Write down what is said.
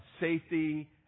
safety